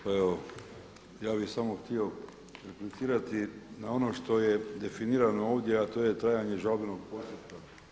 Pa evo ja bih samo htio replicirati na ono što je definirano ovdje, a to je trajanje žalbenog postupka.